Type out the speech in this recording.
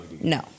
No